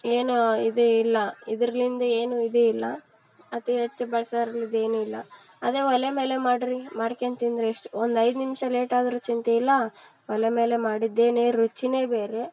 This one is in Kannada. ಏನೂ ಇದು ಇಲ್ಲ ಇದ್ರಿಂದ್ ಏನು ಇದಿಲ್ಲ ಅತಿ ಹೆಚ್ ಬಳ್ಸೋದ್ರಿಂದ್ ಇದು ಏನು ಇಲ್ಲ ಅದೇ ಒಲೆ ಮೇಲೆ ಮಾಡ್ರಿ ಮಾಡ್ಕೊಂತಿಂದ್ರೆ ಎಷ್ಟು ಒಂದು ಐದು ನಿಮಿಷ ಲೇಟ್ ಆದರು ಚಿಂತೆಯಿಲ್ಲ ಒಲೆ ಮೇಲೆ ಮಾಡಿದ್ದೇನೆ ರುಚಿ ಬೇರೆ